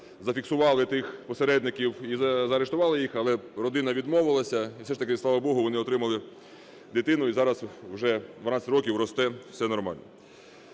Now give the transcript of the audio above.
зафіксували тих посередників і заарештували їх, але родина відмовилася, і все ж таки, слава Богу, вони отримали дитину, і зараз вже 12 років росте, все нормально.